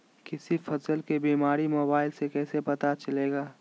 किसी फसल के बीमारी मोबाइल से कैसे पता चलेगा?